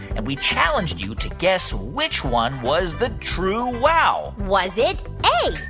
and we challenged you to guess which one was the true wow was it a,